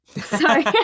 sorry